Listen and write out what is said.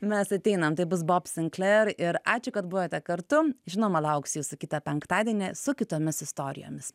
mes ateinam tai bus bob sinclair ir ačiū kad buvote kartu žinoma lauksiu jūsų kitą penktadienį su kitomis istorijomis